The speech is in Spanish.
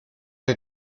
que